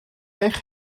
eich